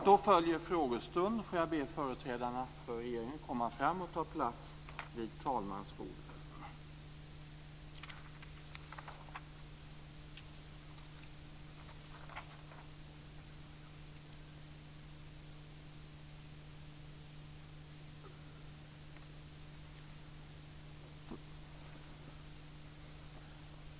Nu följer frågestunden. Får jag be företrädarna för regeringen att komma fram och ta plats vid talmansbordet.